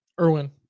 Irwin